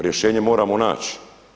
Rješenje moramo naći.